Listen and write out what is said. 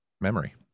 memory